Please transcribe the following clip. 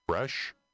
Fresh